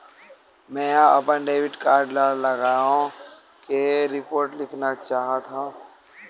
मेंहा अपन debit card गवाए के रिपोर्ट लिखना चाहत हव